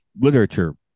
literature